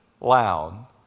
loud